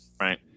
right